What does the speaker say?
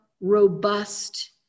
robust